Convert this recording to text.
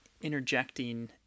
interjecting